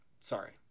Sorry